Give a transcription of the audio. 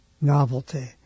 novelty